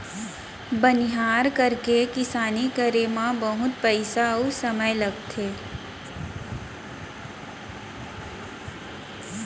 बनिहार करके किसानी करे म बहुत पइसा अउ समय लागथे